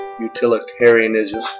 utilitarianism